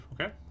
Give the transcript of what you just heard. okay